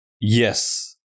yes